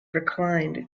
reclined